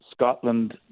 Scotland